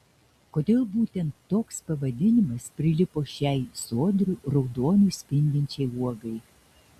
kodėl būtent toks pavadinimas prilipo šiai sodriu raudoniu spindinčiai uogai